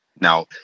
Now